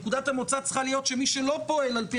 נקודת המוצא צריכה להיות שמי לא פועל על פי